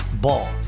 Ball